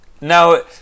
no